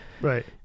right